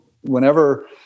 whenever